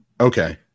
Okay